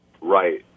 right